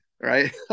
Right